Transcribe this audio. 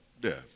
death